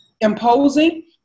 imposing